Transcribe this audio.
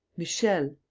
michel